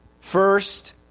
First